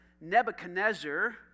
Nebuchadnezzar